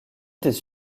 des